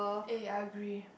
eh I agree